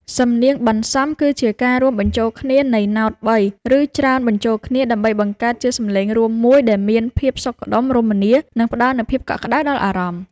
សំនៀងបន្សំ គឺជាការរួមបញ្ចូលគ្នានៃណោតបី ឬច្រើនបញ្ចូលគ្នាដើម្បីបង្កើតជាសម្លេងរួមមួយដែលមានភាពសុខដុមរមនា និងផ្តល់នូវភាពកក់ក្តៅដល់អារម្មណ៍។